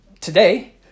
today